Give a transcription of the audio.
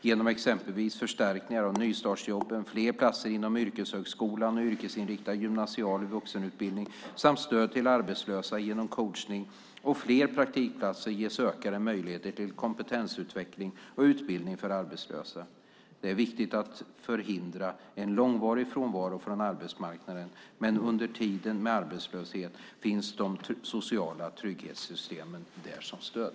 Genom exempelvis förstärkningar av nystartsjobben, fler platser inom yrkeshögskolan och yrkesinriktad gymnasial vuxenutbildning samt stöd till arbetslösa genom coachning och fler praktikplatser ges ökade möjligheter till kompetensutveckling och utbildning för arbetslösa. Det är viktigt att förhindra en långvarig frånvaro från arbetsmarknaden, men under tiden med arbetslöshet finns de sociala trygghetssystemen där som stöd.